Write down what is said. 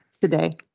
today